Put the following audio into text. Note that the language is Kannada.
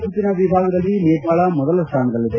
ಗುಂಪು ಎ ವಿಭಾಗದಲ್ಲಿ ನೇಪಾಳ ಮೊದಲ ಸ್ಟಾನದಲ್ಲಿದೆ